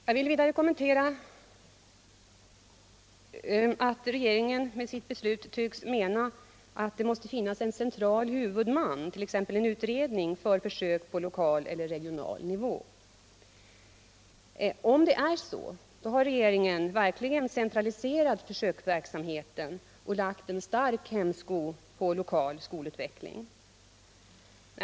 Jag vill vidare kommentera att regeringen med sitt beslut tycks mena att det skall finnas en central huvudman, t.ex. en utredning, för försöksverksamhet på lokal eller regional nivå. Om det är så, har regeringen verkligen centraliserat försöksverksamheten och lagt en stark hämsko på lokal skolutveckling.